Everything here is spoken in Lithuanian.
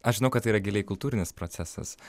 aš žinau kad tai yra giliai kultūrinis procesas